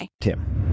tim